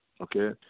okay